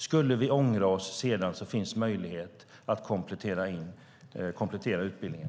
Skulle vi ångra oss sedan finns möjlighet att komplettera utbildningen.